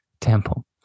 temple